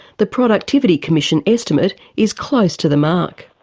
the productivity commission estimate is close to the mark.